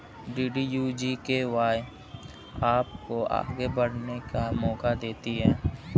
DDU GKY आपको आगे बढ़ने का मौका देती है